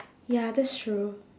ya that's true